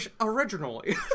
originally